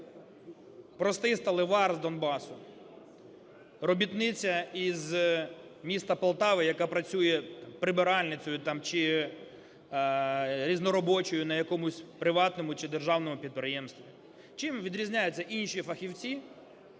простий сталевар з Донбасу, робітниця із міста Полтави, яка працює прибиральницею там чи різноробочою на якомусь приватному чи державному підприємстві? Чим відрізняються інші фахівці